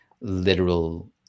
literal